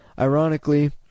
Ironically